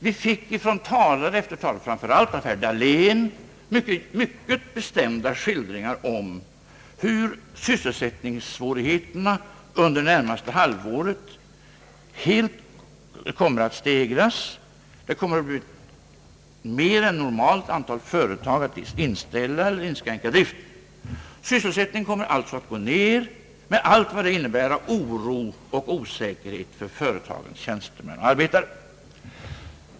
Vi fick av talare efter talare, framför allt av herr Dahlén, mycket bestämda skildringar om hur sysselsättningssvårigheterna under det närmaste halvåret skulle komma att stegras. Ett mer än normalt antal företag skulle komma att inställa eller inskränka driften. Sysselsättningen skulle alltså komma att gå ned med allt vad det innebar av oro och osäkerhet för företagens tjänstemän och arbetare.